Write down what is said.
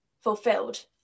fulfilled